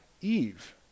Eve